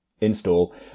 install